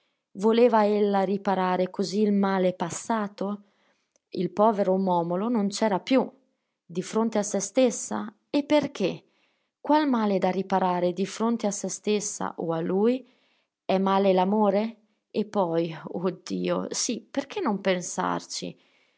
male voleva ella riparare così il male passato il povero momolo non c'era più di fronte a se stessa e perché qual male da riparare di fronte a se stessa o a lui è male l'amore e poi oh dio sì perché non pensarci